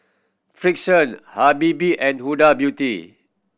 Frixion Habibie and Huda Beauty